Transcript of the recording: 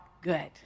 good